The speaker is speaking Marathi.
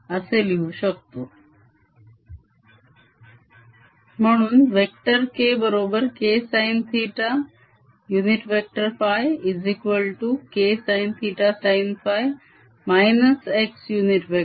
असे लिहू शकतो